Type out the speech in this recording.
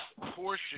portion